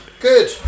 Good